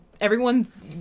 everyone's